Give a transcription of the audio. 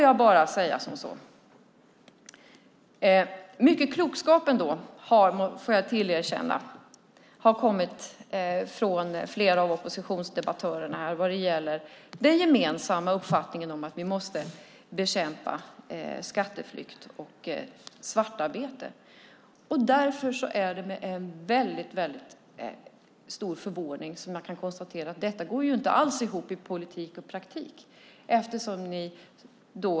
Jag får erkänna att mycket klokskap har kommit från flera av oppositionsdebattörerna vad gäller den gemensamma uppfattningen att vi måste bekämpa skatteflykt och svartarbete. Därför är det med en väldigt stor förvåning som jag konstaterar att detta inte alls går ihop i politik och praktik.